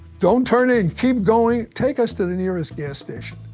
don't turn in, keep going, take us to the nearest gas station,